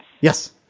Yes